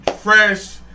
fresh